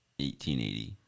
1880